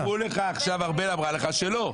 ארבל אמרה לך שלא.